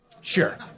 Sure